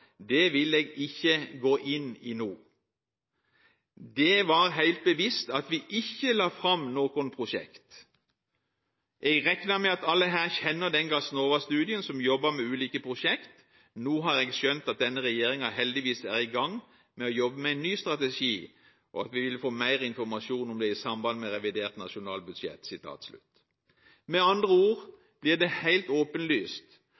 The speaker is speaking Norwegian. «Det vil eg ikkje gå inn i no. Det var heilt bevisst at vi ikkje la fram nokon prosjekt. Eg reknar med at alle her kjenner den Gassnova-studien som jobba med ulike prosjekt. No har eg skjønt at regjeringa heldigvis er i gang med å jobbe med ein ny strategi, og at vi vil få meir informasjon om det i samband med revidert nasjonalbudsjett.» Med andre